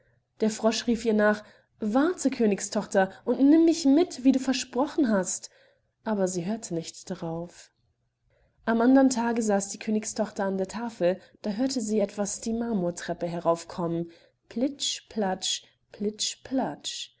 der frosch rief ihr nach warte königstochter und nimm mich mit wie du versprochen hast aber sie hörte nicht darauf am andern tage saß die königstochter an der tafel da hörte sie etwas die marmortreppe heraufkommen plitsch platsch plitsch platsch